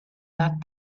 that